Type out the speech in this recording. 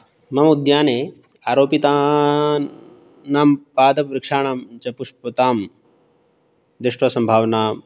मम उद्याने आरोपितानां पादवृक्षानां च पुष्पतां दृष्ट्वा सम्भावना